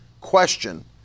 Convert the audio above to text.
question